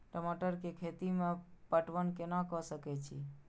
टमाटर कै खैती में पटवन कैना क सके छी?